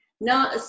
Now